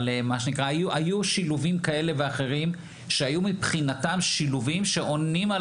היו שילובים כאלה ואחרים שמבחינתם היו שילובים שעונים על